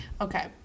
Okay